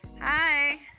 Hi